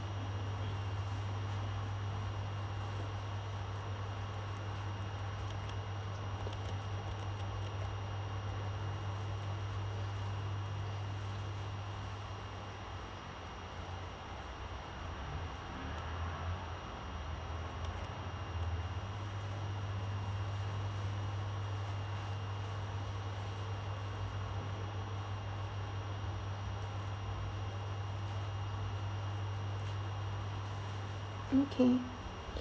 okay